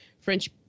French